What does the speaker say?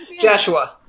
Joshua